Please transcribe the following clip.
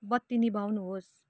बत्ती निभाउनुहोस्